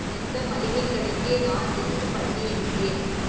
எந்த மளிகை கடைக்கு நான் லிஸ்ட் பண்ணியிருக்கேன்